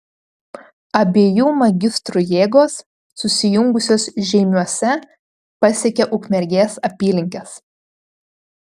abiejų magistrų jėgos susijungusios žeimiuose pasiekė ukmergės apylinkes